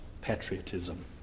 patriotism